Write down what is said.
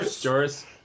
Joris